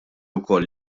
wkoll